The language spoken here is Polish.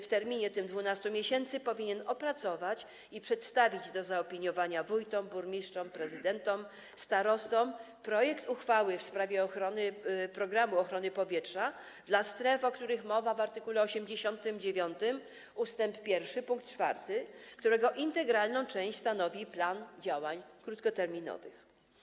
W terminie 12 miesięcy powinien opracować i przedstawić do zaopiniowania wójtom, burmistrzom, prezydentom, starostom projekt uchwały w sprawie ochrony programu ochrony powietrza dla stref, o których mowa w art. 89 ust. 1 pkt 4, którego integralną część stanowi plan działań krótkoterminowych.